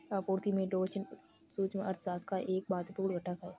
आपूर्ति में लोच सूक्ष्म अर्थशास्त्र का एक महत्वपूर्ण घटक है